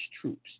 troops